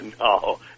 No